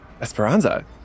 esperanza